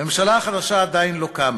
הממשלה החדשה עדיין לא קמה,